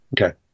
Okay